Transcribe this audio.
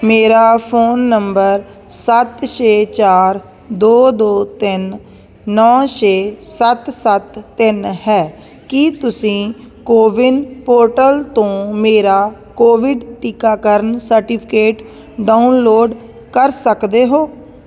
ਮੇਰਾ phone number ਸੱਤ ਛੇ ਚਾਰ ਦੋ ਦੋ ਤਿੰਨ ਨੌਂ ਛੇ ਸੱਤ ਸੱਤ ਤਿੰਨ ਹੈ ਕੀ ਤੁਸੀਂ ਕੋਵਿਨ ਪੋਰਟਲ ਤੋਂ ਮੇਰਾ ਕੋਵਿਡ ਟੀਕਾਕਰਨ ਸਰਟੀਫਿਕੇਟ ਡਾਊਨਲੋਡ ਕਰ ਸਕਦੇ ਹੋ